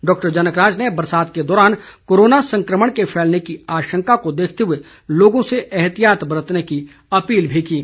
doctor Janak Raj ने बरसात के दौरान कोरोना संक्रमण के फैलने की आशंका को देखते हुए लोगों से एहतियात बरतने की अपील भी की है